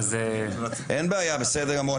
אין בעיה בסדר גמור,